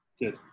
Good